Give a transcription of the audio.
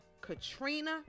Katrina